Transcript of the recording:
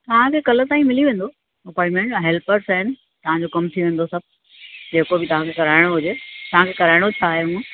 तव्हांखे कल ताईं मिली वेंदो अपोइंटमेंट हेल्पर्स आहिनि तव्हांजो कमु थी वेंदो सभु जेको बि तव्हांखे कराइणो हुजे तव्हांखे कराइणो छा आहे हूंअ